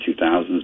2000s